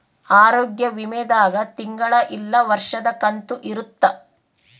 ಆರೋಗ್ಯ ವಿಮೆ ದಾಗ ತಿಂಗಳ ಇಲ್ಲ ವರ್ಷದ ಕಂತು ಇರುತ್ತ